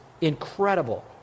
incredible